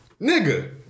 Nigga